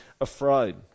afraid